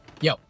Yo